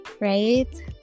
right